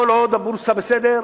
כל עוד הבורסה בסדר,